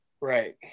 Right